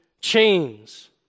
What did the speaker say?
chains